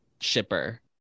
shipper